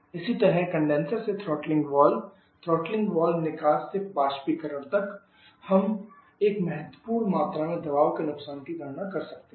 इसी तरह कंडेनसर से थ्रॉटलिंग वाल्व थ्रॉटलिंग वाल्व निकास से वाष्पीकरण तक हम एक महत्वपूर्ण मात्रा में दबाव के नुकसान की गणना कर सकते हैं